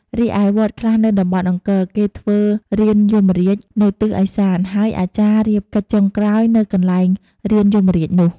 រីឯវត្តខ្លះនៅតំបន់អង្គរ គេធ្វើរានយមរាជនៅទិសឦសាន ហើយអាចារ្យរៀបកិច្ចចុងក្រោយនៅកន្លែងរានយមរាជនោះ។